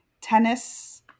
tennis